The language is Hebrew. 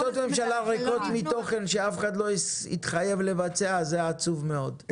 החלטות ממשלה ריקות מתוכן שאף אחד לא התחייב לבצע זה עצוב מאוד,